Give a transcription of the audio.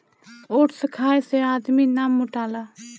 oats खाए से आदमी ना मोटाला